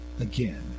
again